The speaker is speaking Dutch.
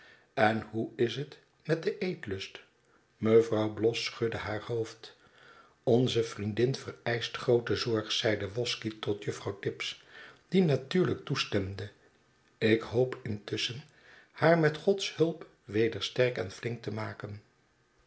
en hoe is het met den eetlust mevrouw bloss schudde haar hoofd onze vriendin vereischt groote zorg zeide wosky tot juffrouw tibbs die natuurlijk toestemde ik hoop intusschen haar met gods hulp weder sterk en flink te maken